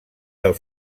del